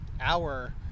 hour